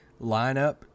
lineup